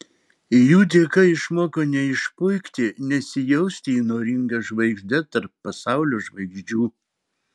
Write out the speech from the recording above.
jų dėka išmoko neišpuikti nesijausti įnoringa žvaigžde tarp pasaulio žvaigždžių